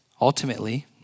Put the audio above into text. Ultimately